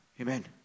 Amen